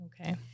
Okay